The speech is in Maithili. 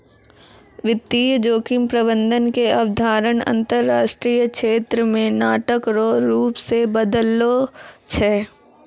वित्तीय जोखिम प्रबंधन के अवधारणा अंतरराष्ट्रीय क्षेत्र मे नाटक रो रूप से बदललो छै